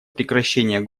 прекращение